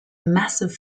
massive